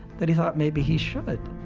that he thought maybe he should.